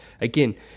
again